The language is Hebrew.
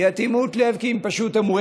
זו אטימות לב, כי הם פשוט אומרים: